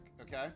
okay